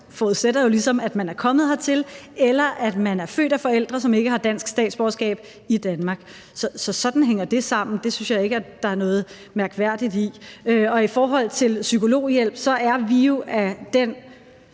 forudsætter jo ligesom, at man er kommet hertil, eller at man er født af forældre, som ikke har dansk statsborgerskab, i Danmark. Så sådan hænger det sammen. Det synes jeg ikke der er noget mærkværdigt i. I forhold til det med psykologhjælp har vi et